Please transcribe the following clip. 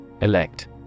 Elect